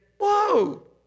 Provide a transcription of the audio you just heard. Whoa